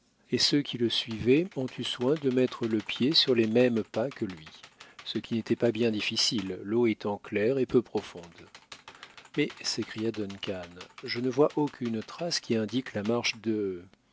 et ceux qui le suivaient ont eu soin de mettre le pied sur les mêmes pas que lui ce qui n'était pas bien difficile l'eau étant claire et peu profonde mais s'écria duncan je ne vois aucune trace qui indique la marche de